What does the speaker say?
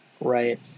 right